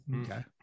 Okay